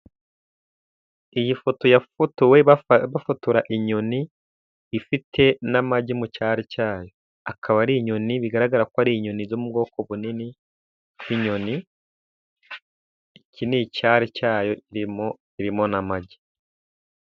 Iyi foto yafotowe bafotora inyoni ifite n'amagi mu cyari cyayo. Akaba ari inyoni bigaragara ko ari inyoni zo mu bwoko bunini. Inyoni, iki ni icyari cyayo kirimo n'amagi.